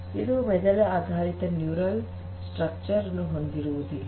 ಇದು ಮೆದುಳು ಆಧಾರಿತವಾದ ನ್ಯೂರಲ್ ಸ್ಟ್ರಕ್ಚರ್ ಅನ್ನು ಹೊಂದಿರುವುದಿಲ್ಲ